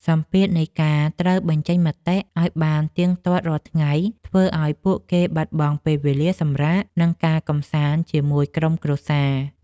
សម្ពាធនៃការត្រូវបញ្ចេញមាតិកាឱ្យបានទៀងទាត់រាល់ថ្ងៃ ធ្វើឱ្យពួកគេបាត់បង់ពេលវេលាសម្រាក និងការកម្សាន្តជាមួយក្រុមគ្រួសារ។